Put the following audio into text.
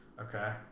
Okay